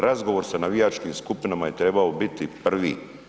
Razgovor sa navijačkim skupinama je trebao biti prvi.